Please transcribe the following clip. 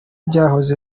byahoze